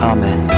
Amen